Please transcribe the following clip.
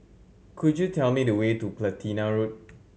could you tell me the way to Platina Road